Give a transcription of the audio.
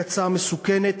היא הצעה מסוכנת,